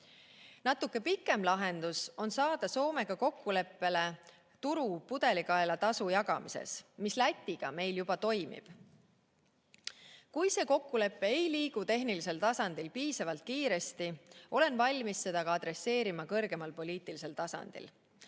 Natuke pikem lahendus on saada Soomega kokkuleppele turu pudelikaela tasu jagamises, mis Lätiga meil juba toimib. Kui see kokkulepe ei liigu tehnilisel tasandil piisavalt kiiresti, olen valmis seda adresseerima kõrgemal poliitilisel tasandil.